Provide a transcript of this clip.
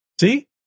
See